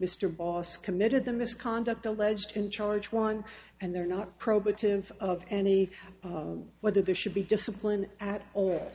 mr boss committed the misconduct alleged in charge one and they're not probative of any whether there should be discipline at all